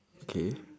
okay